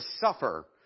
suffer